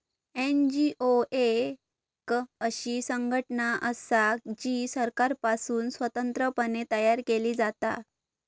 NGO एक अशी संघटना असा जी सरकारपासुन स्वतंत्र पणे तयार केली जाता